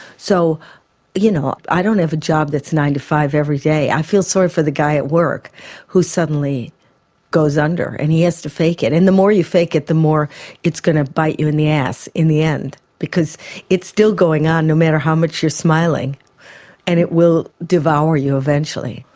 so you know i don't have a job that's nine to five every day, i feel sorry for the guy at work who suddenly goes under and he has to fake it. and the more you fake it the more it's going to bite you in the arse in the end because it's still going on no matter how much you're smiling and it will devour you eventually.